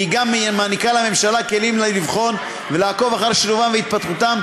והיא גם מעניקה לממשלה כלים לבחון ולעקוב אחר שילובם והתפתחותם,